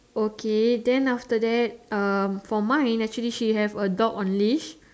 okay then after that um for mine actually she have a dog on leash